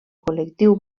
col·lectiu